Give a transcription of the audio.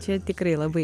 čia tikrai labai